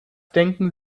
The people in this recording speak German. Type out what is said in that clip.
denken